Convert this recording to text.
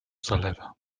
zalewa